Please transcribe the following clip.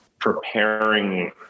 preparing